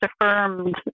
affirmed